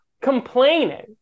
complaining